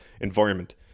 environment